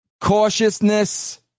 cautiousness